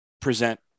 present